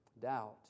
Doubt